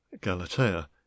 Galatea